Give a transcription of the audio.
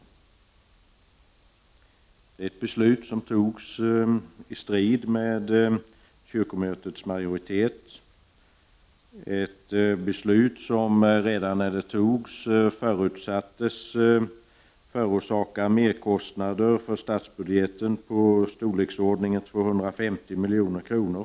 Det är ett beslut som fattades i strid med kyrkomötets majoritet. Det är ett beslut som redan när det fattades förutsattes förorsaka merkostnader för statsbudgeten i storleksordningen 250 milj.kr.